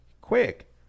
Quick